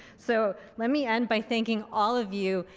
so let me end by thanking all of you.